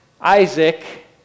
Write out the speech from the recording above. Isaac